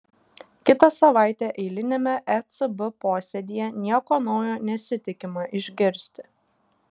kitą savaitę eiliniame ecb posėdyje nieko naujo nesitikima išgirsti